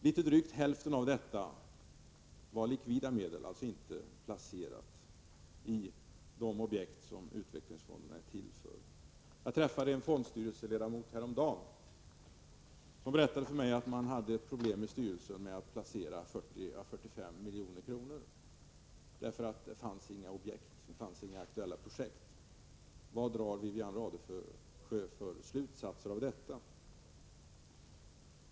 Litet drygt hälften av detta var likvida medel, alltså inte placerade i de objekt som utvecklingsfondernas medel är till för. Jag träffade en fondstyrelseledamot häromdagen, och han berättade för mig att man hade problem i styrelsen med att placera 40 å 45 milj.kr. därför att det inte fanns några aktuella projekt. Vad drar Wivi-Anne Radesjö för slutsats av detta?